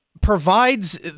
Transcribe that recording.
Provides